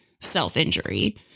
self-injury